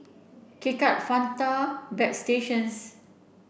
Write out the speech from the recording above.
K Cut Fanta Bagstationz